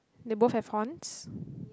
they both have horns